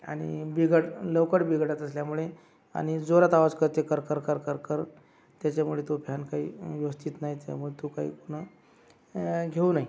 आणि बिघड लवकर बिघडत असल्यामुळे आणि जोरात आवाज करते कर कर कर कर कर त्याच्यामुळे तो फॅन काही व्यवस्थित नाही त्यामुळे तो काही न घेऊ नये